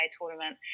tournament